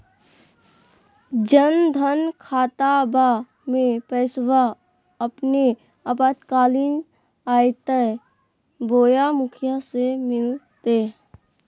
जन धन खाताबा में पैसबा अपने आपातकालीन आयते बोया मुखिया से मिलते?